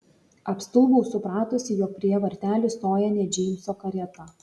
apstulbau supratusi jog prie vartelių stoja ne džeimso karieta